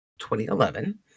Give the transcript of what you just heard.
2011